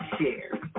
share